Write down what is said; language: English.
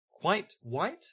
quite-white